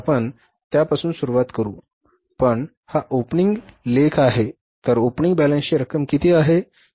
तर आपण त्यापासून सुरूवात करू पण हा ओपनिंग लेख आहे तर ओपनिंग बॅलन्सची रक्कम किती आहे